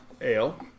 ale